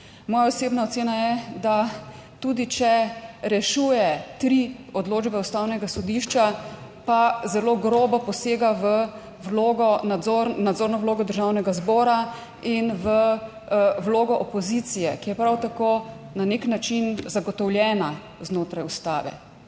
Moja osebna ocena je, da tudi če rešuje tri odločbe Ustavnega sodišča, pa zelo grobo posega v nadzorno vlogo Državnega zbora in v vlogo opozicije, ki je prav tako na nek način zagotovljena znotraj ustave.